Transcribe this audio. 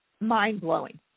mind-blowing